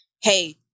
Hey